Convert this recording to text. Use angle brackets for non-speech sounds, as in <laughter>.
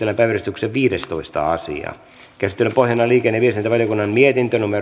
<unintelligible> päiväjärjestyksen viidestoista asia käsittelyn pohjana on liikenne ja viestintävaliokunnan mietintö